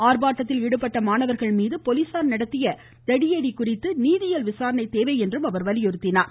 ஆர்ப்பாட்டத்தில் ஈடுபட்ட மாணவர்கள் மீது போலீசார் நடத்திய தடியடி குறித்து நீதியியல் விசாரணை தேவை என்றும் அவர் வலியுறுத்தினார்